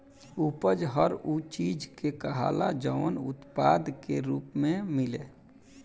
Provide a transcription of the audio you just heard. उपज हर उ चीज के कहाला जवन उत्पाद के रूप मे मिले